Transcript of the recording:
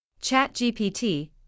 ChatGPT